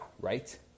right